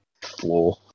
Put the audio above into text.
floor